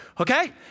Okay